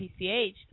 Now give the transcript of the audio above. PCH